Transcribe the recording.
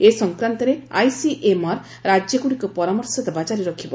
ଏ ସଂକ୍ରାନ୍ତରେ ଆଇସିଏମ୍ଆର୍ ରାଜ୍ୟଗୁଡ଼ିକୁ ପରାମର୍ଶ ଦେବା ଜାରି ରଖିବ